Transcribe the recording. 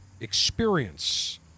experience